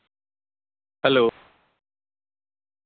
hello